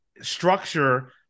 structure